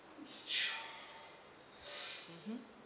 mmhmm